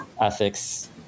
ethics